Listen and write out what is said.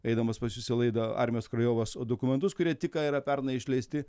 eidamas pas jus į laidą armijos krajovos dokumentus kurie tik ką yra pernai išleisti